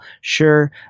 sure